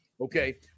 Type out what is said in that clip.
okay